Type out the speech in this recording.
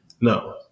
No